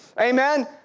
Amen